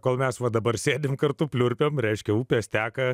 kol mes va dabar sėdime kartu pliurpiame reiškia upės teka